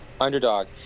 underdog